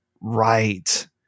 right